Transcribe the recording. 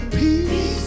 peace